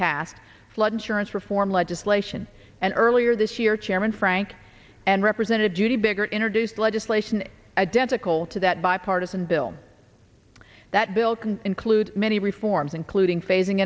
passed flood insurance reform legislation and earlier this year chairman frank and representative judy biggert introduced legislation identical to that bipartisan bill that bill can include many reforms including phasing